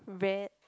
red